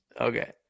Okay